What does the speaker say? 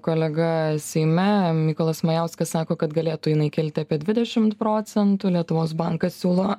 kolega seime mykolas majauskas sako kad galėtų jinai kilti apie dvidešimt procentų lietuvos bankas siūlo